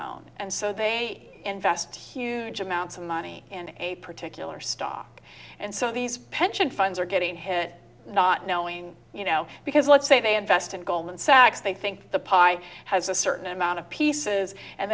own and so they invest huge amounts of money in a particular stock and so these pension funds are getting hit not knowing you know because let's say they invest in goldman sachs they think the pie has a certain amount of pieces and